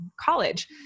college